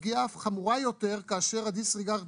הפגיעה אף חמורה יותר כאשר הדיס ריגרד